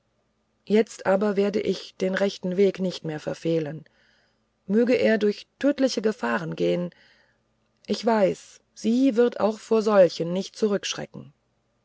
jetzt aber werde ich den rechten weg nicht mehr verfehlen möge er durch tödliche gefahren gehen ich weiß sie wird auch vor solchen nicht zurückschrecken